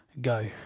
go